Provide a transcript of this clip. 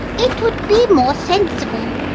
it would be more sensible,